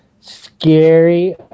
Scary